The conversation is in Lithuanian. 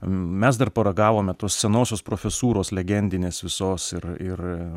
mes dar paragavome tos senosios profesūros legendinės visos ir ir